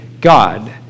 God